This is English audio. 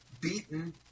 beaten